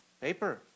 paper